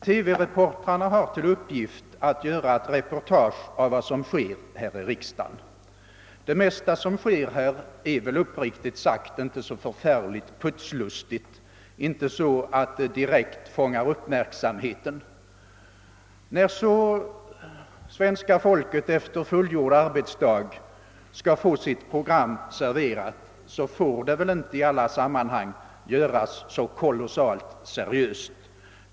TV-reportrarna har till uppgift att göra ett reportage av vad som sker här i riksdagen. Det mesta som sker här är uppriktigt sagt inte så putslustigt att det direkt fångar uppmärksamheten. När så svenska folket efter fullgjord arbetsdag skall få sitt program serverat, får det väl inte i alla sammanhang göras så seriöst.